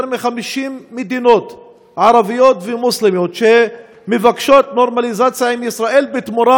יותר מ-50 מדינות ערביות ומוסלמיות שמבקשות נורמליזציה עם ישראל בתמורה,